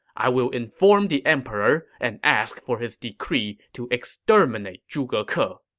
i will inform the emperor and ask for his decree to exterminate zhuge ke. ah